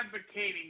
advocating